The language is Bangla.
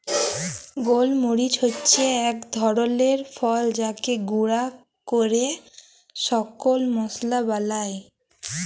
গল মরিচ হচ্যে এক ধরলের ফল যাকে গুঁরা ক্যরে শুকল মশলা বালায়